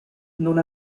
non